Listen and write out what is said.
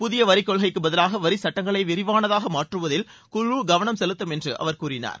புதிய வரிக் கொள்கைக்கு பதிலாக வரி சுட்டங்களை விரிவானதாக மாற்றுவதில் குழு கவனம் செலுத்தம் என்று அவர் கூறினார்